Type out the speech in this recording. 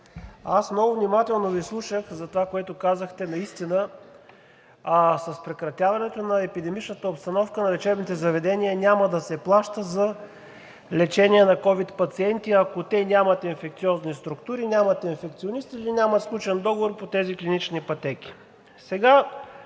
много внимателно слушах това, което казахте. Наистина с прекратяването на епидемичната обстановка на лечебните заведения няма да се плаща за лечение на ковид пациенти, ако те нямат инфекциозни структури, нямат инфекционисти или нямат сключен договор по тези клинични пътеки.